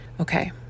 Okay